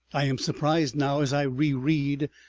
i am surprised now, as i reread,